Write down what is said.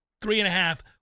three-and-a-half